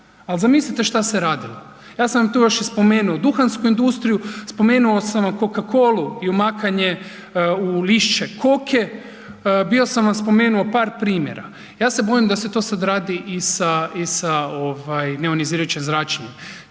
Ali zamislite šta se je radilo. Ja sam vam tu još spomenuo duhansku industriju, spomenuo sam vam Coca-colu i umakanje u lišće koke, bio sam vam spomenuo par primjera. Ja se bojim da se to radi i sa neionizirajućim zračenjem.